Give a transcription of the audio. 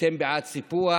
אתם בעד סיפוח?